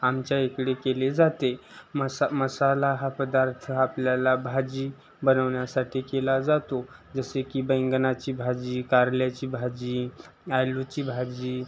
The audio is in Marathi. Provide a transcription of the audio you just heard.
आमच्या इकडे केली जाते मसा मसाला हा पदार्थ आपल्याला भाजी बनवण्यासाठी केला जातो जसे की बैंगनची भाजी कारल्याची भाजी आलूची भाजी